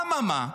אממה,